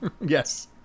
yes